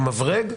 עם מברג,